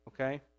okay